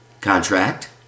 contract